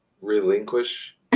relinquish